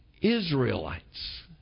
israelites